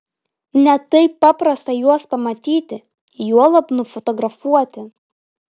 ne taip paprasta juos pamatyti juolab nufotografuoti